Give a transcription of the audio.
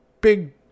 big